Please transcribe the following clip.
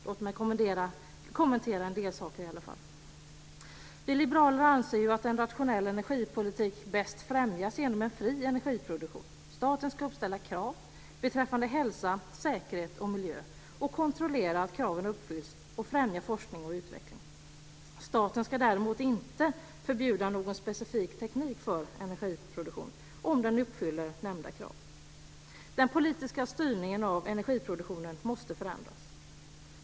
Låt mig i alla fall kommentera en del saker. Vi liberaler anser att en rationell energipolitik bäst främjas genom en fri energiproduktion. Staten ska uppställa krav beträffande hälsa, säkerhet och miljö, kontrollera att kraven uppfylls samt främja forskning och utveckling. Staten ska däremot inte förbjuda någon specifik teknik för energiproduktion om den uppfyller nämnda krav. Den politiska styrningen av energiproduktionen måste förändras.